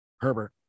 Herbert